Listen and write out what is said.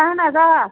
اَہَن حظ آ